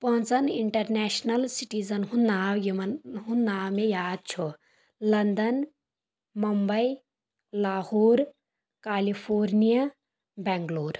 پانٛژن international citizens ہُنٛد ناو یِمن ہُنٛد ناو مےٚ یاد چھُ لنڈن مُمبے لاہور کیلفورنیا بینٛگلور